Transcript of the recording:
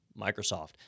Microsoft